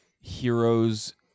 heroes